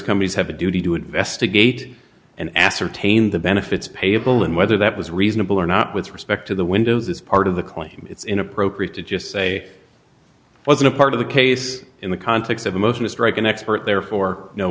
companies have a duty to investigate and ascertain the benefits payable and whether that was reasonable or not with respect to the windows as part of the claim it's inappropriate to just say it wasn't part of the case in the context of a motion to strike an expert there for no